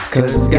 Cause